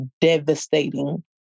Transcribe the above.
devastating